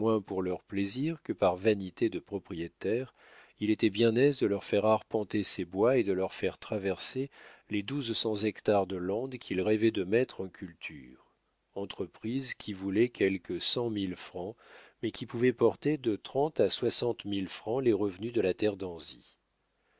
pour leur plaisir que par vanité de propriétaire il était bien aise de leur faire arpenter ses bois et de leur faire traverser les douze cents hectares de landes qu'il rêvait de mettre en culture entreprise qui voulait quelque cent mille francs mais qui pouvait porter de trente à soixante mille francs les revenus de la terre d'anzy